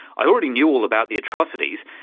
i already knew all about the atrocities,